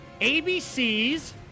ABC's